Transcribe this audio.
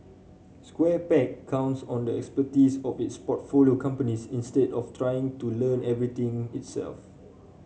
Square Peg counts on the expertise of its portfolio companies instead of trying to learn everything itself